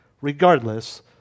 regardless